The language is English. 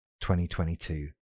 2022